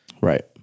right